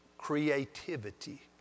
creativity